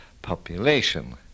population